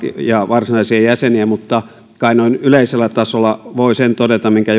ja varsinaisia jäseniä mutta kai noin yleisellä tasolla voi sen todeta minkä